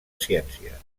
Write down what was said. ciències